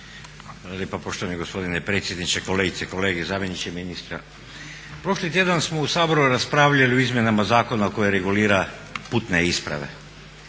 lijepa poštovani gospodine predsjedniče, kolegice i kolege, zamjeniče ministra. Prošli tjedan smo u Saboru raspravljali o izmjenama zakona koje regulira putne isprave